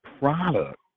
product